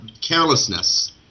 carelessness